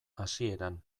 hasieran